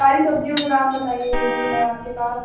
सारी सब्ज़ियों के दाम बताइए जो जो है आप के पास